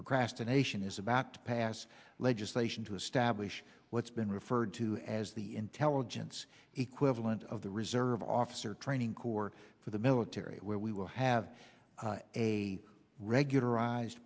procrastination is about to pass legislation to establish what's been referred to as the intelligence equivalent of the reserve officer training corps for the military where we will have a regular